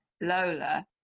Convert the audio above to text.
Lola